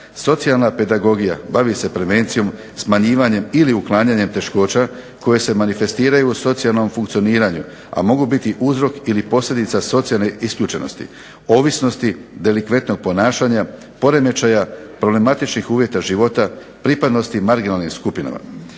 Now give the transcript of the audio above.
Socijalna pedagogija bavi se prevencijom, smanjivanjem ili uklanjanjem teškoća, koje se manifestiraju u socijalnom funkcioniranju, a mogu biti uzrok ili posljedica socijalne isključenosti, ovisnosti, delikventnog ponašanja, poremećaja, problematičnih uvjeta života, pripadnosti marginalnim skupinama.